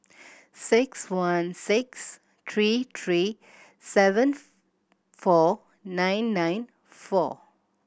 six one six three three seven four nine nine four